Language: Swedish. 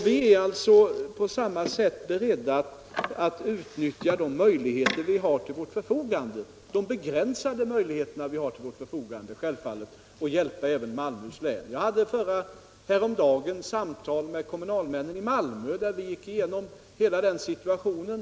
Vi är på samma sätt beredda att utnyttja de begränsade möjligheter som står till vårt förfogande för att hjälpa till även i Malmöhus län. Jag hade häromdagen ett samtal med kommunalmännen i Malmö, där vi gick igenom hela situationen.